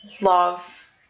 love